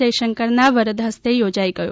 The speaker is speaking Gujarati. જયશંકર ના વરદ હસ્તે યોજાઇ ગયો